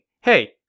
Hey